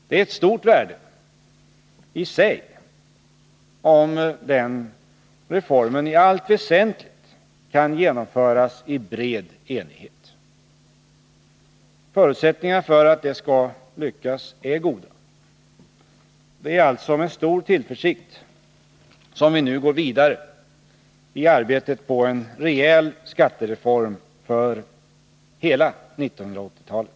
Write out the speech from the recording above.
Det är ett stort värde i sig om den reformen i allt väsentligt kan genomföras i bred enighet. Förutsättningarna för att det skall lyckas är goda. Det är alltså med stor tillförsikt som vi nu går vidare i arbetet på en rejäl skattereform för hela 1980-talet.